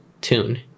tune